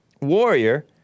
warrior